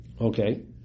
Okay